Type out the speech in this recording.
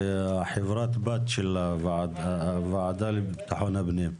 וחברת בת של הוועדה, הוועדה לביטחון הפנים.